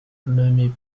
nommé